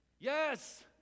Yes